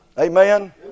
Amen